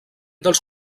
dels